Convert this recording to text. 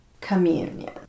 communion